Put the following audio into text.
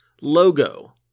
logo